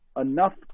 enough